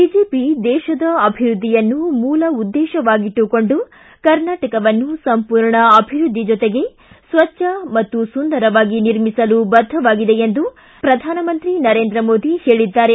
BJP ದೇಶದ ಅಭಿವೃದ್ಧಿಯನ್ನು ಮೂಲ ಉದ್ದೇಶವಾಗಿಟ್ಟುಕೊಂಡು ಕರ್ನಾಟಕವನ್ನು ಸಂಪೂರ್ಣ ಅಭಿವೃದ್ಧಿ ಜೊತೆಗೆ ಸ್ವಚ್ದ ಮತ್ತು ಸಂದರವಾಗಿ ನಿರ್ಮಿಸಲು ಬದ್ಧವಾಗಿದೆ ಎಂದು ಪ್ರಧಾನ ನರೇಂದ್ರ ಮೋದಿ ಹೇಳಿದ್ದಾರೆ